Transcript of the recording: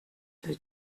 peu